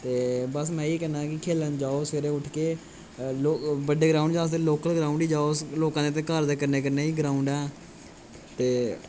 बस में एह् ही कह्ना कि जाओ सवेरे उठके बड़े ग्रोउड नेईं ते लोकल ग्रोउड ही जाओ लोकां दे घर दे कन्नै कन्नै ही ग्रोउड ऐ ते